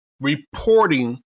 reporting